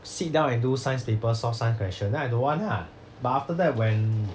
sit down and do science papers solve science question then I don't want ah but after that when